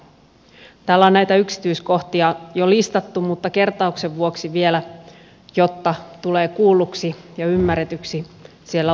täällä on näitä yksityiskohtia jo listattu mutta kertauksen vuoksi vielä jotta tulee kuulluksi ja ymmärretyksi siellä oppositiossa